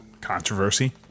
Controversy